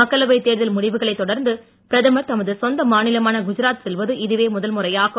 மக்களவை தேர்தல் முடிவுகளைத் தொடர்ந்து பிரதமர் தமது சொந்த மாநிலமான குஜராத் செல்வது இதுவே முதல் முறையாகும்